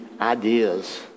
ideas